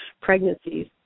pregnancies